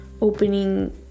opening